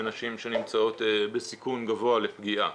בנשים שנמצאות בסיכון גבוה לפגיעה.